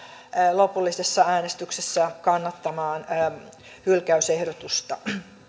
lopullisessa äänestyksessä kannattamaan hylkäysehdotusta